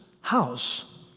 house